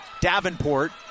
Davenport